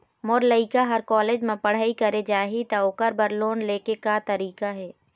मोर लइका हर कॉलेज म पढ़ई करे जाही, त ओकर बर लोन ले के का तरीका हे?